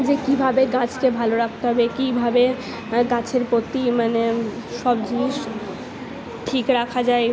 যে কীভাবে গাছকে ভালো রাখতে হবে কীভাবে গাছের প্রতি মানে সব জিনিস ঠিক রাখা যায়